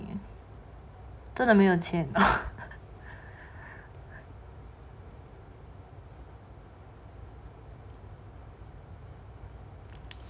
真的没有钱